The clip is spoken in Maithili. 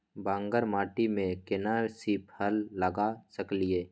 बांगर माटी में केना सी फल लगा सकलिए?